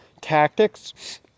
tactics